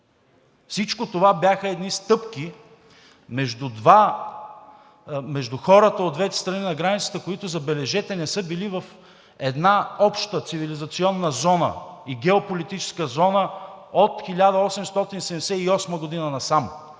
Всичко това бяха едни стъпки между хората от двете страни на границата, които, забележете, не са били в една обща цивилизационна зона и геополитическа зона от 1878 г. насам.